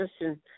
listen